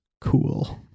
cool